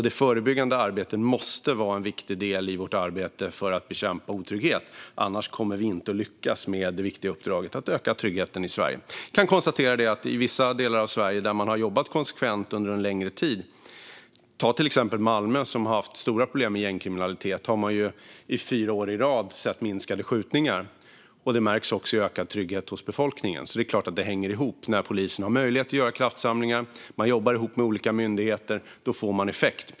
Det förebyggande arbetet måste vara en viktig del i vårt arbete för att bekämpa otrygghet, annars kommer vi inte att lyckas med det viktiga uppdraget att öka tryggheten i Sverige. I vissa delar av Sverige har man jobbat konsekvent under en längre tid. Ta till exempel Malmö, som har haft stora problem med gängkriminalitet. Där har man fyra år i rad sett skjutningarna minska i antal. Det märks också i ökad trygghet hos befolkningen. Det är klart att det hänger ihop - när polisen har möjlighet att göra kraftsamlingar och jobbar ihop med olika myndigheter, då får man effekt.